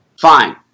fine